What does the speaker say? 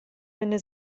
venne